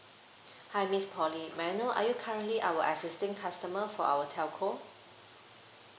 hi miss pauline may I know are you currently our existing customer for our telco